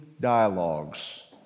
dialogues